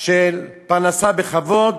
של פרנסה בכבוד,